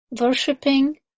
Worshipping